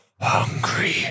hungry